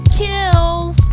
kills